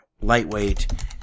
lightweight